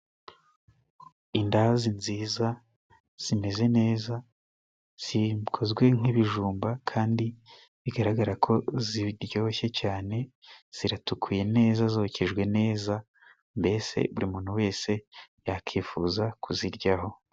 Indazi nziza zimeze neza zikozwe nk'ibijumba kandi bigaragara ko ziryoshye cyane, ziratukuye neza zokejwe neza mbese buri muntu wese yakwifuza kuziryaho.